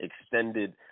extended